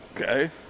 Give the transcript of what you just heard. Okay